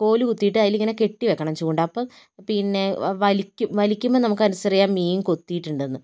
കോൽ കുത്തിയിട്ട് അതിൽ ഇങ്ങനെ കെട്ടി വെയ്ക്കണം ചൂണ്ട അപ്പം പിന്നെ വലിക്കും വലിക്കുമ്പം നമുക്കറിയാം മീൻ കൊത്തിയിട്ടുണ്ടെന്ന്